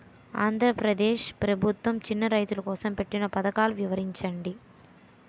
ఆంధ్రప్రదేశ్ ప్రభుత్వ చిన్నా రైతుల కోసం పెట్టిన పథకాలు వివరించండి?